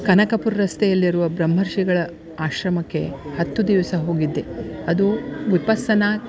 ಕನಕಪುರ ರಸ್ತೆಯಲ್ಲಿರುವ ಬ್ರಹ್ಮರ್ಷಿಗಳ ಆಶ್ರಮಕ್ಕೆ ಹತ್ತು ದಿವಸ ಹೋಗಿದ್ದೆ ಅದು ವಿಪಸ್ಸನ